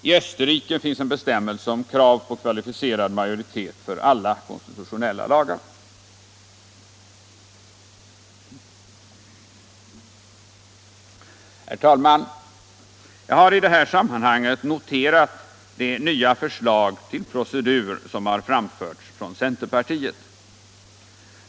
I Österrike finns en bestämmelse om krav på kvalificerad majoritet för alla konstitutionella lagar. Herr talman! Jag har i det här sammanhanget noterat de nya förslag om procedur som har framförts från centerpartiet.